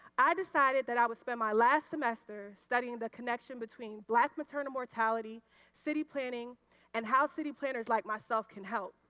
i decided that i would spend my last semester studying the connection between black maternal mortality and city planning and how city planners like myself can help.